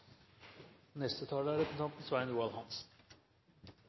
Neste taler er